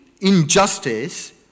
injustice